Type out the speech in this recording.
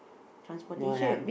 transportation